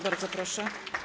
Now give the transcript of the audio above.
Bardzo proszę.